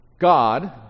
God